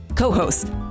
Co-host